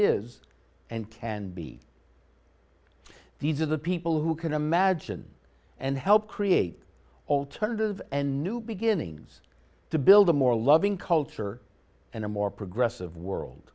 is and can be these are the people who can imagine and help create alternatives and new beginnings to build a more loving culture and a more progressive world